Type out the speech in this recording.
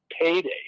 payday